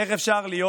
איך אפשר להיות